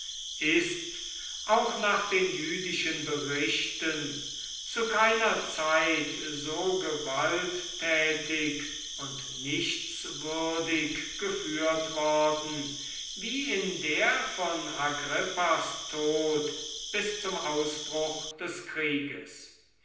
ist auch nach den jüdischen berichten zu keiner zeit so gewalttätig und nichtswürdig geführt worden wie in der von agrippas tod bis zum ausbruch des krieges